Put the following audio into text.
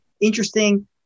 interesting